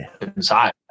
inside